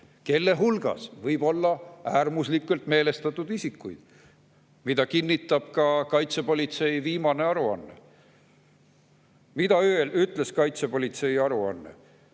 kelle hulgas võib olla äärmuslikult meelestatud isikuid, mida kinnitab ka kaitsepolitsei viimane aruanne. Mida ütles kaitsepolitsei aruanne?